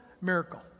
miracle